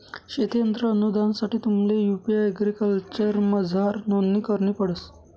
शेती यंत्र अनुदानसाठे तुम्हले यु.पी एग्रीकल्चरमझार नोंदणी करणी पडस